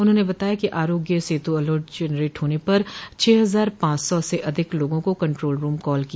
उन्होंने बताया कि आरोग्य सेतु अलर्ट जनरेट होने पर छह हजार पांच सौ से अधिक लोगों को कन्ट्रोल रूम कॉल किया